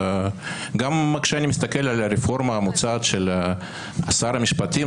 גם כשאני מסתכל על הרפורמה המוצעת של שר המשפטים,